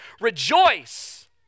Rejoice